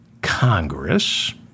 Congress